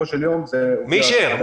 מי אישר?